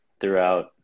throughout